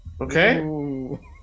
Okay